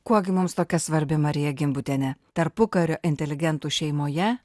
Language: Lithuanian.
kuo gi mums tokia svarbi marija gimbutienė tarpukario inteligentų šeimoje